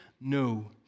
no